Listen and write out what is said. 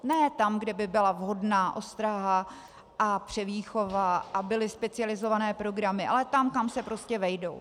Ne tam, kde by byla vhodná ostraha a převýchova a byly specializované programy, ale tam, kam se prostě vejdou.